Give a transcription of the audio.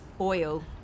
Oil